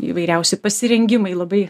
įvairiausi pasirengimai labai